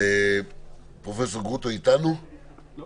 יש